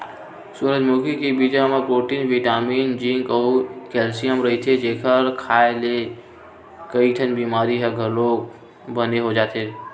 सूरजमुखी के बीजा म प्रोटीन बिटामिन जिंक अउ केल्सियम रहिथे, एखर खांए ले कइठन बिमारी ह घलो बने हो जाथे